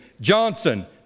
Johnson